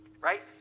right